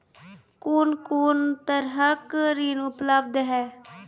कून कून तरहक ऋण उपलब्ध छै?